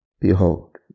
Behold